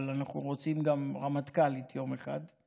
אבל אנחנו רוצים גם רמטכ"לית יום אחד.